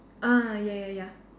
ah ya ya ya